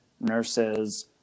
nurses